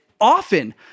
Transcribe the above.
often